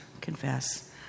confess